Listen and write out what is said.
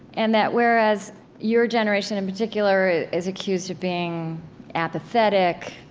and that whereas your generation in particular is accused of being apathetic,